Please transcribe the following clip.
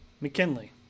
McKinley